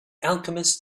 alchemist